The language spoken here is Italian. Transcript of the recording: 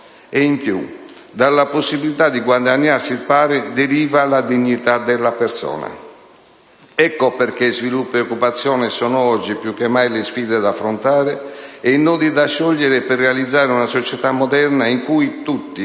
e, in più, che dalla possibilità di guadagnarsi il pane deriva la dignità della persona. Ecco perché sviluppo e occupazione sono oggi più che mai le sfide da affrontare e i nodi da sciogliere per realizzare una società moderna in cui tutti,